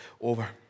over